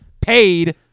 paid